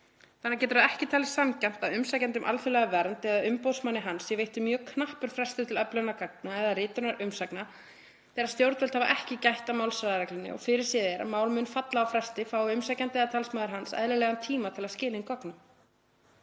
Þannig getur það ekki talist sanngjarnt að umsækjanda um alþjóðlega vernd eða umboðsmanni hans sé veittur mjög knappur frestur til öflunar gagna eða ritunar umsagna þegar stjórnvöld hafa ekki gætt að málshraðareglunni og fyrirséð er að mál mun falla á fresti fái umsækjandi eða talsmaður hans eðlilegan tíma til að skila inn gögnum.